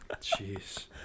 jeez